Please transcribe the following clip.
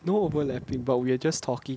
no overlapping but we're just talking